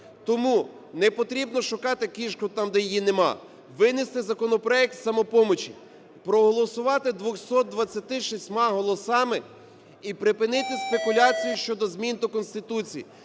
Тому непотрібно шукати кішку там, де її нема, винести законопроект "Самопомочі", проголосувати 226 голосами і припинити спекуляцію щодо змін до Конституції.